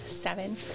Seven